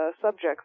subjects